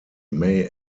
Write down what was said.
may